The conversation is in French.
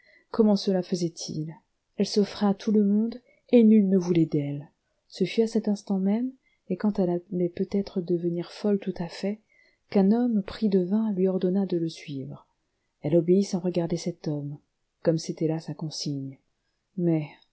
comment cela se faisait-il elle s'offrait à tout le monde et nul ne voulait d'elle ce fut à cet instant même et quand elle allait peut-être devenir folle tout à fait qu'un homme pris de vin lui ordonna de le suivre elle obéit sans regarder cet homme comme c'était là sa consigne mais